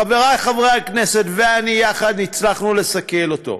חברי חברי הכנסת ואני יחד הצלחנו לסכל אותו.